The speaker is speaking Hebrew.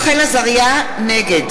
נגד